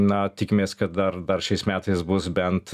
na tikimės kad dar dar šiais metais bus bent